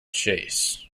chase